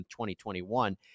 2021